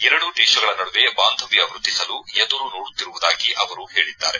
ಎರಡೂ ದೇಶಗಳ ನಡುವೆ ಬಾಂಧವ್ಯ ವೃದ್ಧಿಸಲು ಎದುರು ನೋಡುತ್ತಿರುವುದಾಗಿ ಅವರು ಹೇಳಿದ್ದಾರೆ